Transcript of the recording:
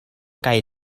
kaj